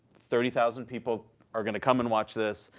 thirty thousand people are going to come and watch this.